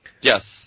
Yes